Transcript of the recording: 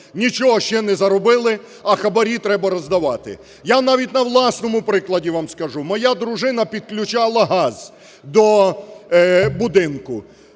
Нічого ще не заробили, а хабарі треба роздавати. Я вам на власному прикладі вам скажу. Моя дружина підключала газ до будинку.